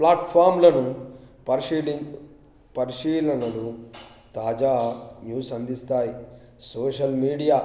ప్లాట్ఫామ్లను పరిశీలి పరిశీలనలు తాజా న్యూస్ అందిస్తాయి సోషల్ మీడియా